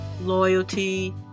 loyalty